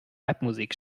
rapmusik